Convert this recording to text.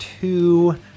two